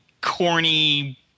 corny